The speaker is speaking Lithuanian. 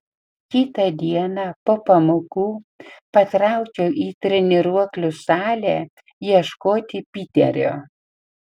kitą dieną po pamokų patraukiau į treniruoklių salę ieškoti piterio